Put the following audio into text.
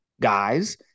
guys